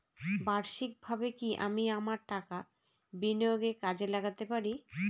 বার্ষিকভাবে কি আমি আমার টাকা বিনিয়োগে কাজে লাগাতে পারি?